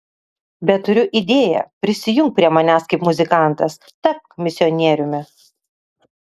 bet turiu idėją prisijunk prie manęs kaip muzikantas tapk misionieriumi